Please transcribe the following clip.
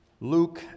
Luke